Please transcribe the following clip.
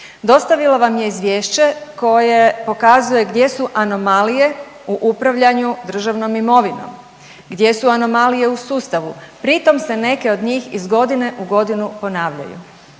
Dostavila vam je izvješće koje pokazuje gdje su anomalije u upravljanju državnom imovinom, gdje su anomalije u sustavu, pritom se neke od njih iz godine u godinu ponavljaju.